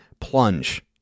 Plunge